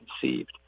conceived